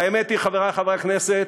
והאמת היא, חברי חברי הכנסת,